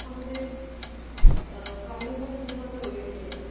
আমাদের carnival cinema তো রয়েছেই